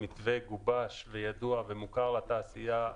המתווה גובש וידוע ומוכר לתעשייה.